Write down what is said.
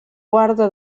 guarde